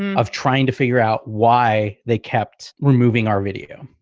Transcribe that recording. of trying to figure out why they kept removing our video,